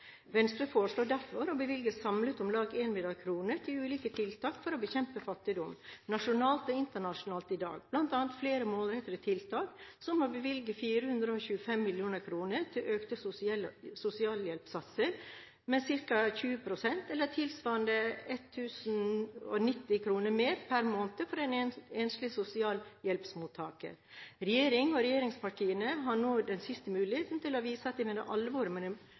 Venstre foreslår derfor å bevilge samlet om lag 1 mrd. kr til ulike tiltak for å bekjempe fattigdom nasjonalt og internasjonalt i dag, bl.a. flere målrettede tiltak som å bevilge 425 mill. kr til å øke sosialhjelpssatsene med ca. 20 pst., eller tilsvarende 1 090 kr mer per mnd. for en enslig sosialhjelpsmottaker. Regjeringen og regjeringspartiene har nå en siste mulighet til å vise at de mener alvor med